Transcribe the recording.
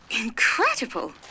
Incredible